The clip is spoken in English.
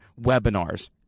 webinars